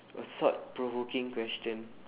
a thought-provoking question